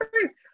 first